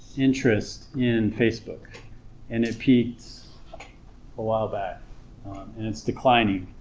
interest in facebook and it peaked a while back and it's declining